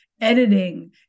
editing